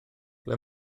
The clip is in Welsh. ble